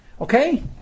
Okay